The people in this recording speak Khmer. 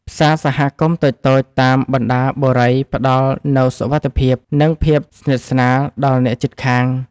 ផ្សារសហគមន៍តូចៗតាមបណ្ដាបុរីផ្ដល់នូវសុវត្ថិភាព និងភាពស្និទ្ធស្នាលដល់អ្នកជិតខាង។